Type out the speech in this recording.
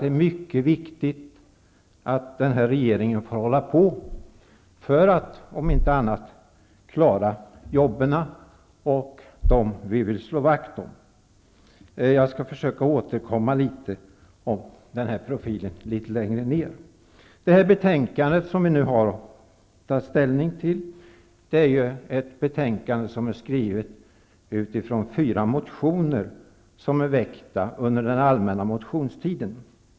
Det är mycket viktigt att den här regeringen får hålla på, för att om inte annat klara jobben och dem vi vill slå vakt om. Jag skall litet senare försöka återkomma till den här profilen. Det betänkande vi nu har att ta ställning till är skrivet utifrån fyra motioner som väcktes under den allmänna motionstiden.